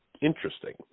interesting